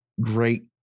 great